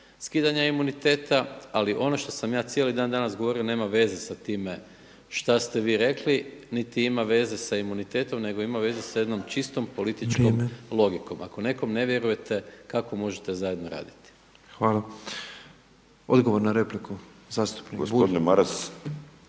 skidanja imuniteta. Ali ono što sam ja cijeli dan danas govorio nema veze sa time šta ste vi rekli niti ima veze sa imunitetom nego ima veze sa jednom čisto političkom logikom. Ako nekome ne vjerujete kako možete zajedno raditi. **Petrov, Božo